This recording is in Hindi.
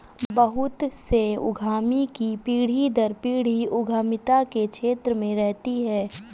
बहुत से उद्यमी की पीढ़ी दर पीढ़ी उद्यमिता के क्षेत्र में रहती है